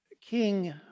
King